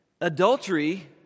Adultery